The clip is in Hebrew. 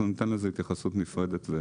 אנחנו ניתן על זה התייחסות נפרדת.